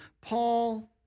Paul